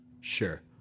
Sure